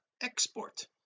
export